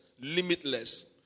Limitless